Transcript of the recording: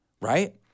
right